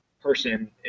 person